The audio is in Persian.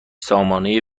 سامانه